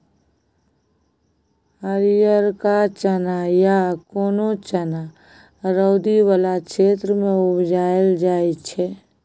हरियरका चना या कोनो चना रौदी बला क्षेत्र मे उपजाएल जाइ छै